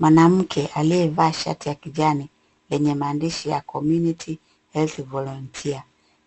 Mwanamke aliyevaa shati ya kijani yenye maandishi ya (cs) community health volunteer(cs)